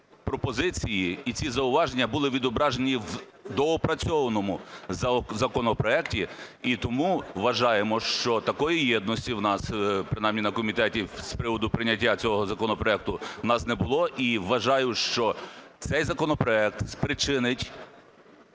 пропозиції і ці зауваження були відображені в доопрацьованому законопроекті. І тому вважаємо, що такої єдності, в нас принаймні на комітеті, з приводу прийняття цього законопроекту в нас не було. І вважаю, що цей законопроект спричинить